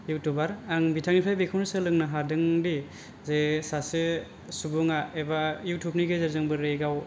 YouTuber आं बिथांनिफ्राय बेखौनो सोलोंनो हादोंदि जे सासे सुबुंआ एबा इउथुबनि गेजेरजों बोरै गाव